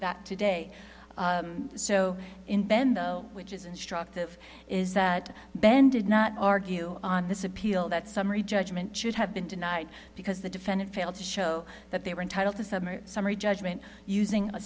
that today so ben though which is instructive is that ben did not argue on this appeal that summary judgment should have been denied because the defendant failed to show that they were entitled to summary summary judgment using a